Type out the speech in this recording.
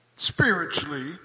Spiritually